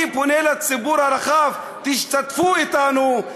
אני פונה לציבור הרחב: תשתתפו אתנו.